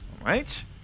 right